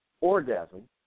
orgasm